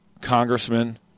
Congressman